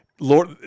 Lord